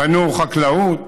בנו חקלאות,